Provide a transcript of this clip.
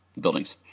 buildings